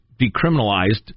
decriminalized